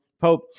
Pope